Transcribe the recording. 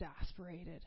exasperated